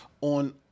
on